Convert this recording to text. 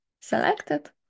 selected